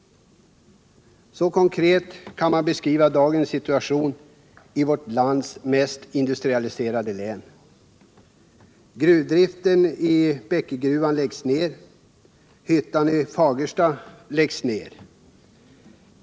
Så konkret kan man beskriva dagens situation i vårt lands mest industrialiserade län. Gruvdriften i Bäckegruvan läggs ned. Hyttan i Fagersta läggs ned.